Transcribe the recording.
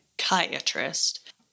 psychiatrist